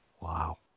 Wow